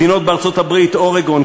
מדינות בארצות-הברית: אורגון,